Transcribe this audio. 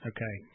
Okay